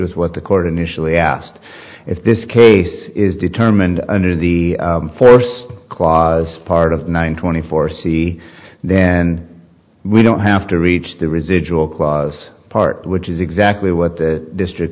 with what the court initially asked if this case is determined under the first clause part of nine twenty four c and we don't have to reach the residual clause part which is exactly what the district